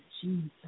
Jesus